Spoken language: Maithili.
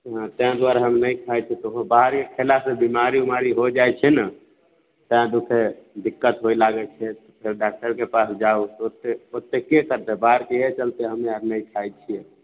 हँ तहि दुआरे हम नहि खाइत छियै कहु बाहरी खेलासँ बीमारी उमारी हो जाइ छै ने तहि दुखे दिक्कत होइ लागैत छै फेर डॉक्टरके पास जाउ तऽ ओतेक ओतेकके करतै बाहरके एहि चलते हमे आर नहि खाइत छियै